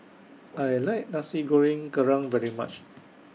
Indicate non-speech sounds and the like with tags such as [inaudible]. I like Nasi Goreng Kerang very much [noise]